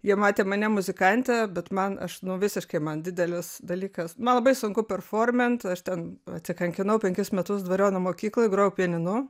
jie matė mane muzikante bet man aš nu visiškai man didelis dalykas man labai sunku performint aš ten atsikankinau penkis metus dvariono mokykloj grojau pianinu